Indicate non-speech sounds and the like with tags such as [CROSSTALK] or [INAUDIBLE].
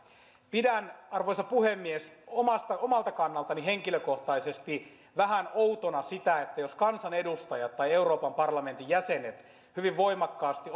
pidän arvoisa puhemies omalta kannaltani henkilökohtaisesti vähän outona sitä jos kansanedustajat tai euroopan parlamentin jäsenet hyvin voimakkaasti [UNINTELLIGIBLE]